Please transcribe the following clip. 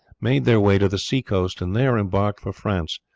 made their way to the sea-coast, and there embarked for france,